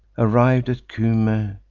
arriv'd at cumae,